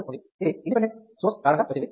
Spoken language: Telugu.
5V ఉంది ఇది ఇండిపెండెంట్ సోర్స్ కారణంగా వచ్చింది